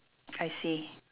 I see